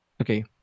Okay